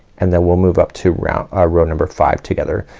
and then we'll move up to round, ah row number five together.